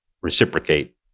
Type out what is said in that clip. reciprocate